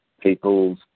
people's